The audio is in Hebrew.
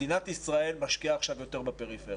מדינת ישראל משקיעה עכשיו יותר בפריפריה.